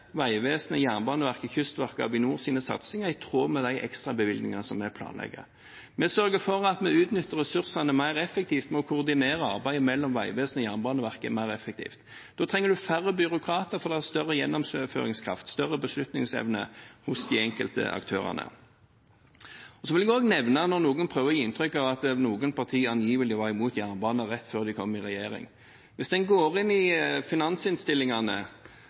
Vegvesenet og Jernbaneverket mer effektivt. Da trenger man færre byråkrater – fordi det er større gjennomføringskraft og større beslutningsevne hos de enkelte aktørene. Så vil jeg også nevne, når noen prøver å gi inntrykk av at noen partier angivelig var imot jernbane rett før de kom i regjering, at hvis en går inn i